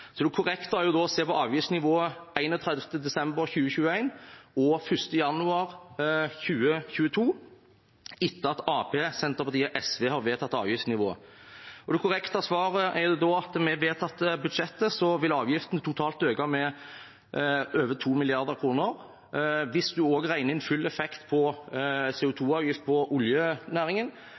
Det korrekte er å se på avgiftsnivået 31. desember 2021 og 1. januar 2022 – etter at Arbeiderpartiet, Senterpartiet og SV har vedtatt avgiftsnivået. Det korrekte svaret er at de totale avgiftene vil øke med over 2 mrd. kr med det vedtatte budsjettet. Hvis man også regner inn full effekt på CO 2 -avgiften for oljenæringen,